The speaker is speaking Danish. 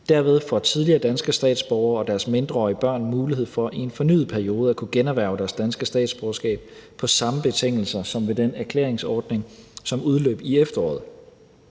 Derved får tidligere danske statsborgere og deres mindreårige børn mulighed for i en fornyet periode at kunne generhverve deres danske statsborgerskab på samme betingelser, som gjaldt ved den erklæringsordning, som udløb i efteråret.